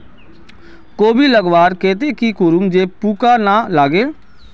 कोबी लगवार केते की करूम जे पूका ना लागे?